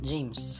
James